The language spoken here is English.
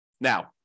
Now